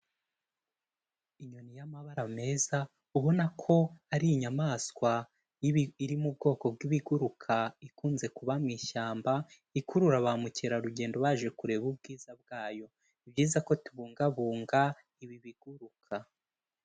Inyoni y'amabara meza ubona ko ari inyamaswa iba iri mu bwoko bw'ibiguruka ikunze kuba mu ishyamba ikurura ba mukerarugendo baje kureba ubwiza bwayo, ni byiza ko tubungabunga ibi biguruka.